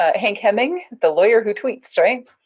ah hank hemming, the lawyer who tweets, right?